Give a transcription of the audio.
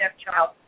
stepchild